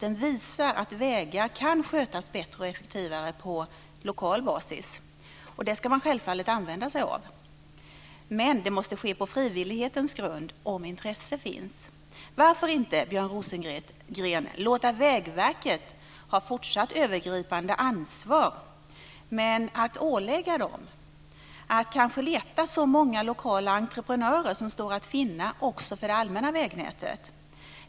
Den visar att vägar kan skötas bättre och effektivare på lokal basis, och det ska man självfallet använda sig av. Men det måste ske på frivillighetens grund, om intresse finns. Varför inte, Björn Rosengren, låta Vägverket ha fortsatt övergripande ansvar, men att ålägga det att leta så många lokala entreprenörer som står att finna också för det allmänna vägnätet?